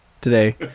today